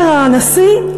אומר הנשיא: